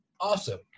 Awesome